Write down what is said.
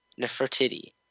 Nefertiti